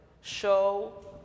Show